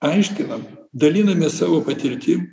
aiškinam dalinamės savo patirtim